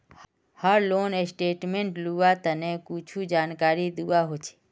हर loan statement लुआर तने कुछु जानकारी दुआ होछे